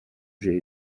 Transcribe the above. j’ai